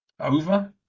Over